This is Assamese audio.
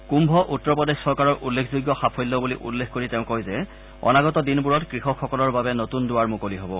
কুম্ভ উত্তৰ প্ৰদেশ চৰকাৰৰ উল্লেখযোগ্য সাফল্য বুলি উল্লেখ কৰি তেওঁ কয় যে অনাগত দিনবোৰত কৃষকসকলৰ বাবে নতুন দুৱাৰ মুকলি হ'ব